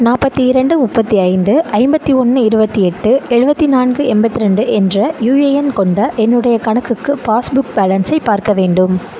நாற்பத்தி இரண்டு முப்பத்து ஐந்து ஐம்பத்து ஒன்று இருபத்தி எட்டு எழுபத்தி நான்கு எண்பத்து ரெண்டு என்ற யூஏஎன் எண் கொண்ட என்னுடைய கணக்குக்கு பாஸ் புக் பேலன்ஸை பார்க்க வேண்டும்